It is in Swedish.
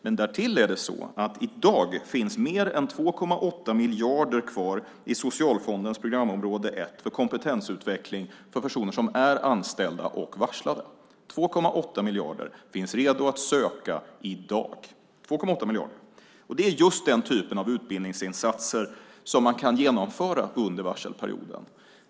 Men dessutom är det så att i dag finns mer än 2,8 miljarder kvar i Socialfondens programområde 1 för kompetensutveckling för personer som är anställda och varslade. Det finns 2,8 miljarder redo att söka i dag. Det är just den typen av utbildningsinsatser som man kan genomföra under varselperioden.